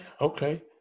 okay